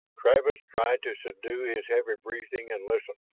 travis tried to subdue his heavy breathing and listen.